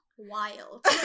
wild